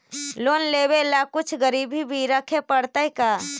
Loan लेबे ल कुछ गिरबी भी रखे पड़तै का?